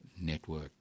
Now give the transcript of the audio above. Network